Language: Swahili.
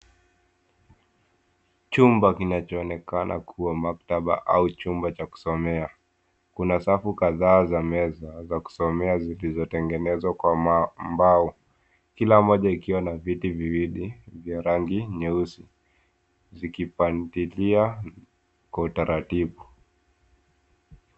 Chumba kinachoonekana kuwa maktaba au chumba cha kusomea kuna safu kadhaa za meza za kusomea zilizotengenezwa kwa mbao kila moja ikiwa na viti viwili vya rangi nyeusi. Zikipandilia kwa utaratibu.